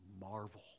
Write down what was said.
marvel